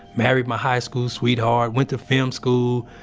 married my high school sweetheart, went to film school,